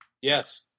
Yes